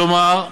כלומר,